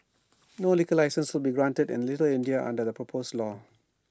no liquor licences will be granted in little India under the proposed law